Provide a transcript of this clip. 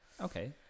Okay